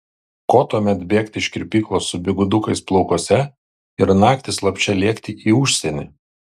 ko tuomet bėgti iš kirpyklos su bigudukais plaukuose ir naktį slapčia lėkti į užsienį